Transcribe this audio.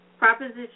Proposition